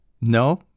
No